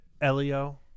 Elio